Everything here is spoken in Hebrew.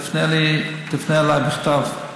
תפנה אליי בכתב,